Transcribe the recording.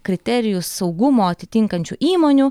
kriterijus saugumo atitinkančių įmonių